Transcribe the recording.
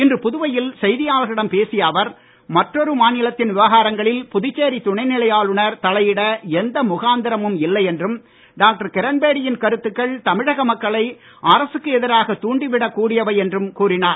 இன்று புதுவையில் செய்தியாளர்களிடம் பேசிய விவகாரங்களில் புதுச்சேரி துணை நிலை ஆளுநர் தலையிட எந்த முகாந்திரமும் இல்லை என்றும் டாக்டர் கிரண்பேடியின் கருத்துக்கள் தமிழக மக்களை அரசுக்கு எதிராக தூண்டிவிடக் கூடியவை என்றும் கூறினார்